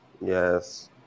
Yes